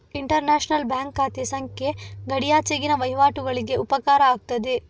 inter national bank ಖಾತೆ ಸಂಖ್ಯೆ ಗಡಿಯಾಚೆಗಿನ ವಹಿವಾಟುಗಳಿಗೆ ಉಪಕಾರ ಆಗ್ತದೆ